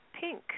pink